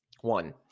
One